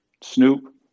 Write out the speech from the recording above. Snoop